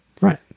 right